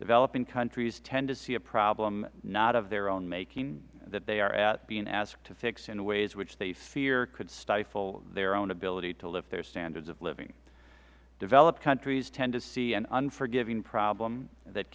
developing countries tend to see a problem not of their own making that they are being asked to fix in ways in which they fear could stifle their own ability to live their standards of living developed countries tend to see an unforgiving problem that